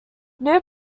new